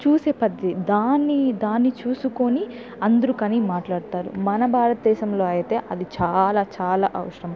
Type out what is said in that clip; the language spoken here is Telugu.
చూసే పద్దతి దాని దాని చూసుకొని అందరు కనీ మాట్లాడుతారు మన భారత దేశంలో అయితే అది చాలా చాలా అవసరం